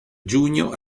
giugno